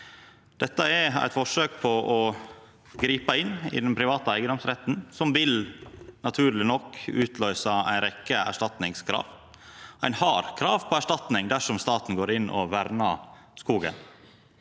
Dette er eit forsøk på å gripa inn i den private eigedomsretten som naturleg nok vil utløysa ei rekkje erstatningskrav. Ein har krav på erstatning dersom staten går inn og vernar skogen.